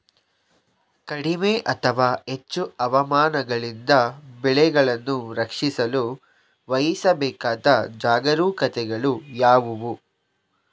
ಕಡಿಮೆ ಅಥವಾ ಹೆಚ್ಚು ಹವಾಮಾನಗಳಿಂದ ಬೆಳೆಗಳನ್ನು ರಕ್ಷಿಸಲು ವಹಿಸಬೇಕಾದ ಜಾಗರೂಕತೆಗಳು ಯಾವುವು?